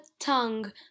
tongue